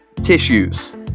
tissues